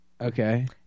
Okay